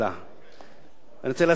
אני רוצה להסביר את ההיגיון שבהצעה.